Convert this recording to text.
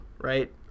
right